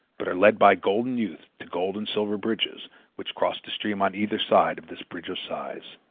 but are led by golden youth to gold and silver bridges which cross the stream on either side of this bridge of sighs.